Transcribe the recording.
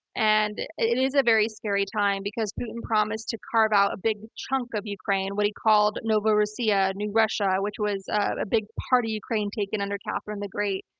and it is a very scary time, because putin promised to carve out a big chunk of ukraine, what he called novorossiya, new russia, which was a big part of ukraine taken under catherine the great,